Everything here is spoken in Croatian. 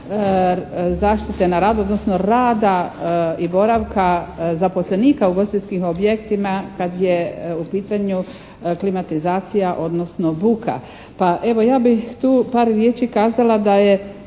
zaštite na radu, odnosno rada i boravka zaposlenika u ugostiteljskim objektima kada je u pitanju klimatizacija, odnosno buka. Pa evo ja bih tu par riječi kazala da je